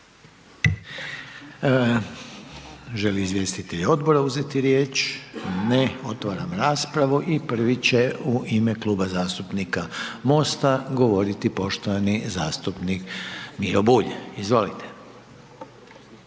li izvjestitelj odbora uzeti riječ? Ne. Otvaram raspravu i prvi će u ime Kluba zastupnika Mosta govoriti poštovani zastupnik Miro Bulj. Izvolite.